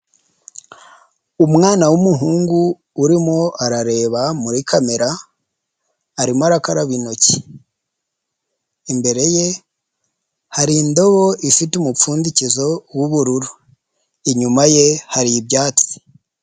Umwana w'umuhungu urimo arareba muri kamera, arimo arakaraba intoki, imbere ye hari indobo ifite umupfundikizo w'ubururu, inyuma ye hari ibyatsi.